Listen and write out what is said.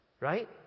right